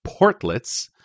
portlets